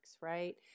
right